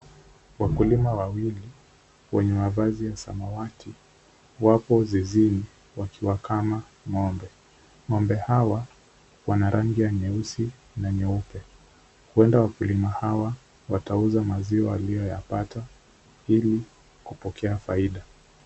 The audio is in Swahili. Wakulima wawili wenye mavazi ya samawati wapo zizini wakiwakama ngombe. Ngombe hawa wana rangi ya nyeusi na nyeupe. Huenda wakulima hawa watauza maziwa hiyo wapate ili kupokea faida.